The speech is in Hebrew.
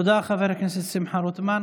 תודה, חבר הכנסת שמחה רוטמן.